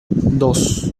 dos